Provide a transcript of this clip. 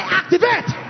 activate